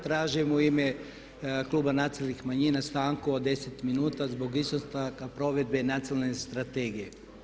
Tražim u ime kluba Nacionalnih manjina stanku od 10 minuta zbog izostanka provedbe Nacionalne strategije.